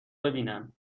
ببینن